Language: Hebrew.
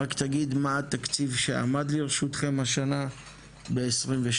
רק תגיד מה התקציב שעמד לרשותכם בשנת 2022,